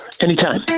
Anytime